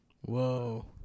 Whoa